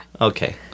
okay